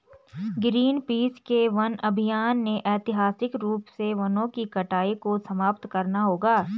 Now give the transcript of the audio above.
Greenpeace के वन अभियान ने ऐतिहासिक रूप से वनों की कटाई को समाप्त करना होगा